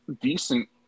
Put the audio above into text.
decent